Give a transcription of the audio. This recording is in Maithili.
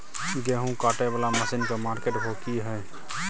गेहूं काटय वाला मसीन के मार्केट भाव की हय?